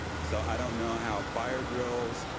so i don't know how fire drills.